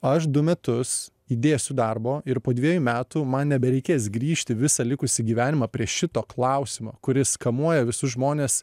aš du metus įdėsiu darbo ir po dviejų metų man nebereikės grįžti visą likusį gyvenimą prie šito klausimo kuris kamuoja visus žmones